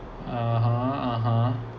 (uh huh) (uh huh)